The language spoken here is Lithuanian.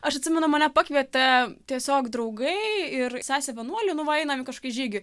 aš atsimenu mane pakvietė tiesiog draugai ir sesė vienuolė nu va einam į kažkokį žygį